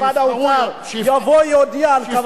משרד האוצר יבוא ויודיע על כוונתו להעלות מסים,